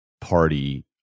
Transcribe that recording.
party